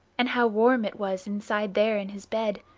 and how warm it was inside there in his bed,